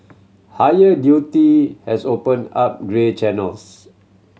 higher duty has opened up grey channels